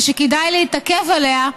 ושכדאי להתעכב עליה: